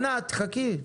ענת, חכי.